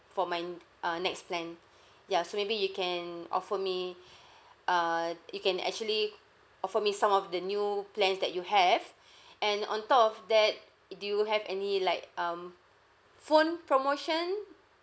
for my n~ uh next plan ya so maybe you can offer me err you can actually offer me some of the new plans that you have and on top of that do you have any like um phone promotion